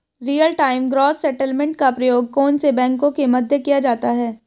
Real time gross settlement का प्रयोग कौन से बैंकों के मध्य किया जाता है?